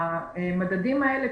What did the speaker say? המדדים האלה,